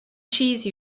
cheese